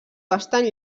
bastant